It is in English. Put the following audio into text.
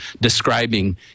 describing